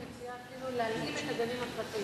אני מציעה אפילו להלאים את הגנים הפרטיים.